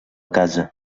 casa